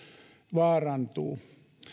vaarantuu